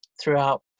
throughout